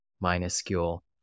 minuscule